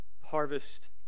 harvest